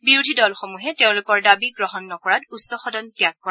বিৰোধী দলসমূহে তেওঁলোকৰ দাবী গ্ৰহণ নকৰাত উচ্চ সদন ত্যাগ কৰে